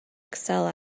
excel